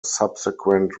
subsequent